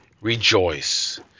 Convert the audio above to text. rejoice